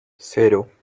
cero